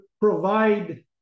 provide